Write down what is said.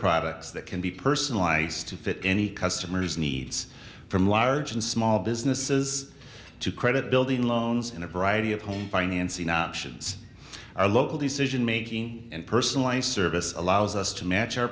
products that can be personalized to fit any customer's needs from large and small businesses to credit building loans and a variety of home financing options our local decision making and personalized service allows us to match our